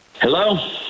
Hello